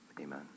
amen